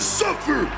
suffer